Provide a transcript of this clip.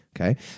Okay